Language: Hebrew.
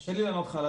קשה לי לענות לך.